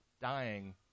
dying